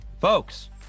folks